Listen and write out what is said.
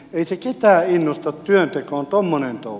ei se ketään innosta työtekoon tuommoinen touhu